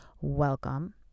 welcome